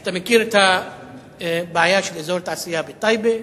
אתה מכיר את הבעיה של אזור התעשייה בטייבה,